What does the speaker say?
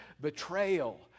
Betrayal